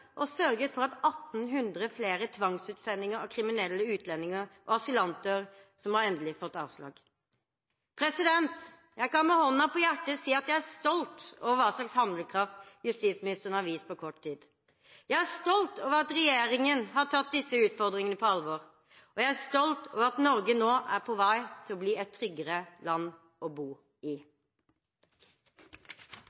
og sørget for 1 800 flere tvangsutsendinger av kriminelle utlendinger og asylanter som har fått endelig avslag. Jeg kan med hånden på hjertet si at jeg er stolt over hva slags handlekraft justisministeren har vist på kort tid. Jeg er stolt over at regjeringen har tatt disse utfordringene på alvor, og jeg er stolt over at Norge nå er på vei til å bli et tryggere land å bo i.